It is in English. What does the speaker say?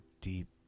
deep